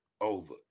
over